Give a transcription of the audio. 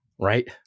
right